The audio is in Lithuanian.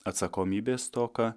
atsakomybės stoka